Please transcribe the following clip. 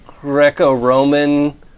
Greco-Roman